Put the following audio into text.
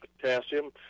potassium